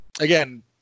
Again